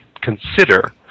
consider